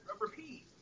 repeat